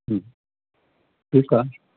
हम्म ठीकु आहे